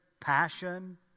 passion